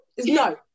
no